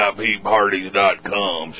VIPparties.com